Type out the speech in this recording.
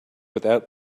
without